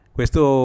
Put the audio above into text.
Questo